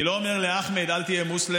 אני לא אומר לאחמד: אל תהיה מוסלם.